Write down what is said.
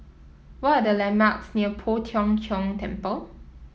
what are the landmarks near Poh Tiong Kiong Temple